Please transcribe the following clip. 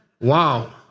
Wow